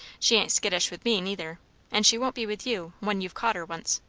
she ain't skittish with me, neither and she won't be with you, when you've caught her once.